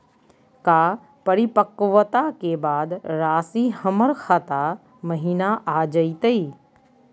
का परिपक्वता के बाद रासी हमर खाता महिना आ जइतई?